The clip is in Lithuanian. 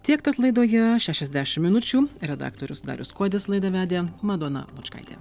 tiek tad laidoje šešiasdešim minučių redaktorius darius kuodis laidą vedė madona lučkaitė